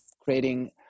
creating